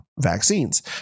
vaccines